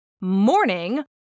Morning